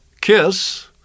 kiss